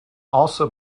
also